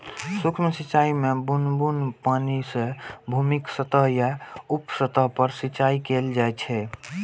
सूक्ष्म सिंचाइ मे बुन्न बुन्न पानि सं भूमिक सतह या उप सतह पर सिंचाइ कैल जाइ छै